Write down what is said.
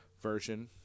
version